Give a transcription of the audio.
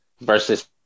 versus